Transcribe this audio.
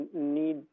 need